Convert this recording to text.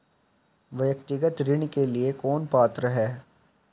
व्यक्तिगत ऋण के लिए कौन पात्र है?